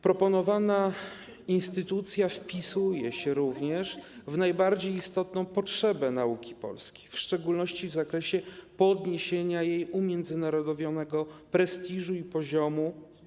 Proponowana instytucja wpisuje się również w najbardziej istotne potrzeby nauki polskiej, w szczególności w zakresie podniesienia jej umiędzynarodowionego prestiżu i poziomu.